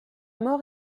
mort